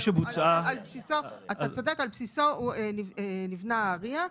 על בסיסו נבנה ה-RIA,